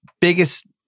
Biggest